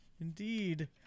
Indeed